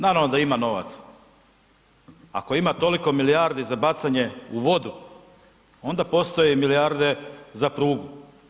Naravno da ima novaca, ako ima toliko milijardi za bacanje u vodu, onda postoje i milijarde za prugu.